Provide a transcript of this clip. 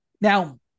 Now